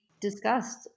discussed